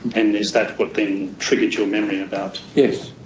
and is that what then triggered your memory about? yes.